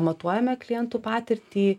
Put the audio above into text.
matuojeme klientų patirtį